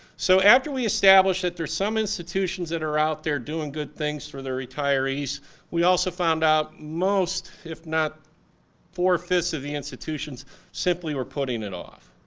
so after we established that there's some institutions that are out there doing good things for their retirees we also found out most if not four five ths of the institutions simply were putting it off.